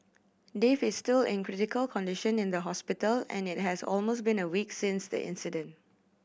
Dave is still in critical condition in the hospital and it has almost been one week since the incident